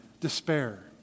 despair